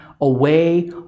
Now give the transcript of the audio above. away